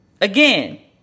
Again